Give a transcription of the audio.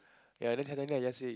ya then just say